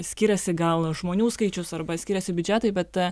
skiriasi gal žmonių skaičius arba skiriasi biudžetai bet